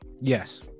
Yes